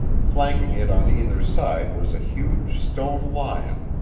flanking it on either side was a huge stone lion,